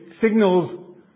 signals